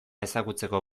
ezagutzeko